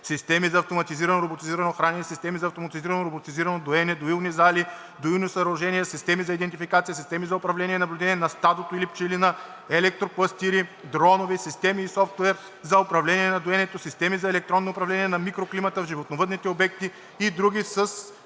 системи за автоматизирано/роботизирано хранене, системи за автоматизирано/роботизирано доене, доилни зали, доилни съоръжения, системи за идентификация, системи за управление и наблюдение на стадото или пчелина, електропластири, дронове, системи и софтуер за управление на доенето, системи за електронно управление на микроклимата в животновъдните обекти и други със